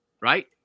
right